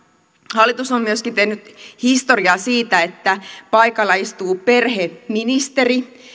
hallitus on myöskin tehnyt historiaa siinä että paikalla istuu perheministeri